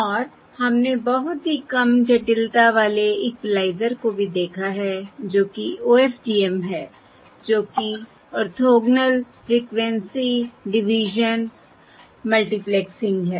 और हमने बहुत ही कम जटिलता वाले इक्विलाइज़र को भी देखा है जो कि OFDM है जो कि ऑर्थोगोनल फ्रिक्वेंसी डिवीजन मल्टीप्लेक्सिंग है